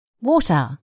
water